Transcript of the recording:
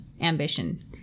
ambition